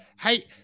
Hey